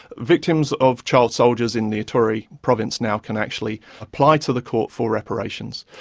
victims of child soldiers in the ituri province now can actually apply to the court for reparations,